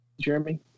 Jeremy